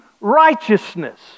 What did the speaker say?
righteousness